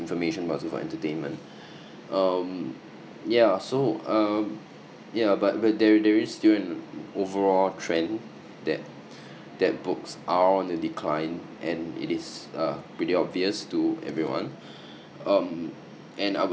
information but also for entertainment um yeah so um yeah but the there is there is still an overall trend that that books are on the decline and it is uh pretty obvious to everyone um and I would